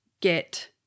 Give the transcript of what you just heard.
get